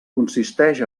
consisteix